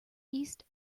east